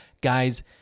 guys